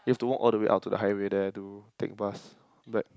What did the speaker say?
you have to walk all the way out to the highway there to take bus but